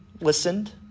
listened